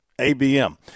ABM